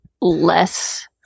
less